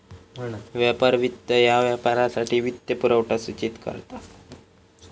व्यापार वित्त ह्या व्यापारासाठी वित्तपुरवठा सूचित करता